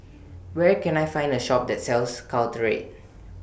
Where Can I Find A Shop that sells Caltrate